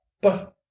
But—